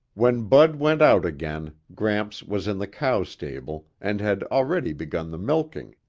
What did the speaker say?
when bud went out again, gramps was in the cow stable and had already begun the milking.